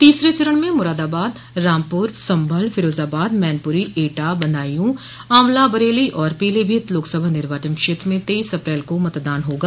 तोसरे चरण में मुरादाबाद रामपुर सम्भल फिरोजाबाद मैनपुरी एटा बदायूं आंवला बरेली और पीलीभीत लोकसभा निर्चावन क्षेत्र में तेईस अप्रैल को मतदान होगा